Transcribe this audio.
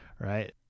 right